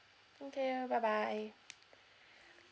thank you bye bye